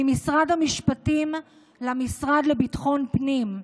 ממשרד המשפטים למשרד לביטחון הפנים.